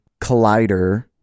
Collider